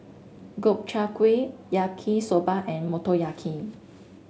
Gobchang Gui Yaki Soba and Motoyaki